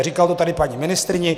Říkal to tady paní ministryni.